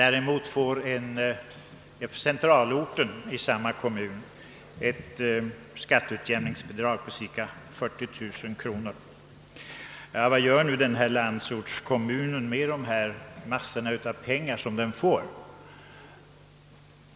Centralorten i samma kommunblock erhåller däremot ett skatteutjämningsbidrag på cirka 40 000 kronor. Och vad gör nu denna landsortskommun med alla pengar den får?